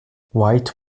white